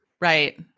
Right